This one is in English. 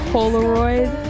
Polaroid